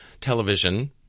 television